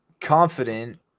confident